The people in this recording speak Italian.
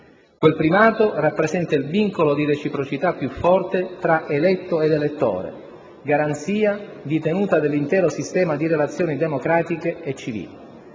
Quel primato rappresenta il vincolo di reciprocità più forte tra eletto ed elettore, garanzia di tenuta dell'intero sistema di relazioni democratiche e civili.